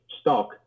stock